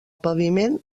paviment